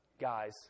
guys